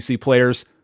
players